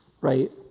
Right